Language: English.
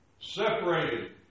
Separated